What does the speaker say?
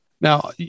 now